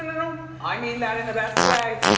and no. i mean that in the best way.